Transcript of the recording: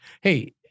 Hey